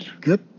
Good